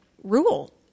rule